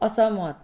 असहमत